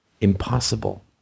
impossible